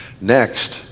Next